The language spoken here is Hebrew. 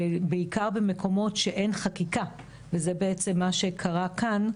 בעיקר במקומות שאין חקיקה וזה בעצם מה שקרה כאן,